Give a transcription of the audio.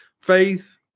Faith